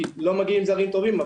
כי לא מגיעים זרים טובים.